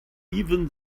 even